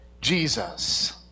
Jesus